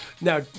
Now